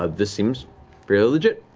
ah this seems fairly legit.